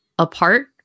apart